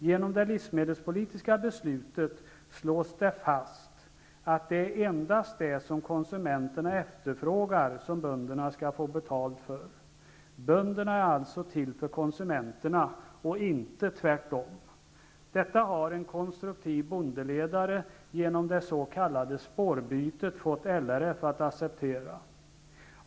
I det livsmedelspolitiska beslutet slogs det fast att det är endast det som konsumenterna efterfrågar som bönderna skall få betalt för. Bönderna är alltså till för konsumenterna och inte tvärt om. Detta har en konstruktiv bondeledare, med hjälp av det s.k. spårbytet, fått LRF att acceptera.